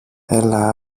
έλα